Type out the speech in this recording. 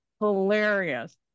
hilarious